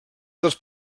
dels